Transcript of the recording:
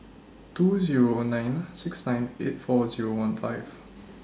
two Zero nine six nine eight four Zero one five